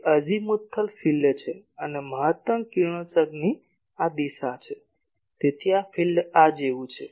તે azimuthal field છે અને મહત્તમ કિરણોત્સર્ગની આ દિશા છે તેથી ફિલ્ડ આ જેવું છે